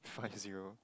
five zero